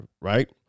right